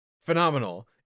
Phenomenal